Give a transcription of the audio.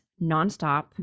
nonstop